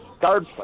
guard